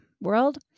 world